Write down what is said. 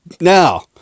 Now